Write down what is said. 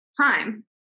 time